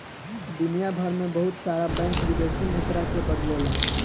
दुनियभर में बहुत सारा बैंक विदेशी मुद्रा के बदलेला